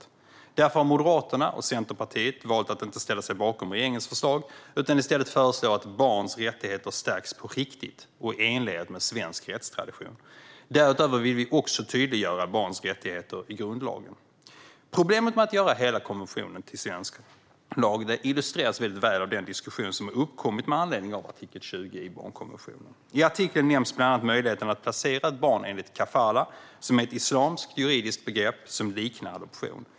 Därför har Moderaterna och Centerpartiet valt att inte ställa sig bakom regeringens förslag utan föreslår i stället att barns rättigheter stärks på riktigt och i enlighet med svensk rättstradition. Därutöver vill vi också tydliggöra barns rättigheter i grundlagen. Problemet med att göra hela konventionen till svensk lag illustreras väl av den diskussion som har uppkommit med anledning av artikel 20 i barnkonventionen. I artikeln nämns bland annat möjligheten att placera ett barn enligt kafalah, som är ett islamiskt juridiskt begrepp som liknar adoption.